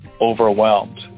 overwhelmed